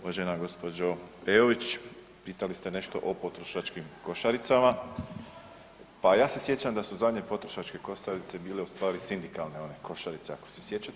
Uvažena gospođo Peović pitali ste nešto o potrošačkim košaricama, pa ja se sjećam da su zadnje potrošačke košarice bile u stvari sindikalne one košarice ako se sjećate.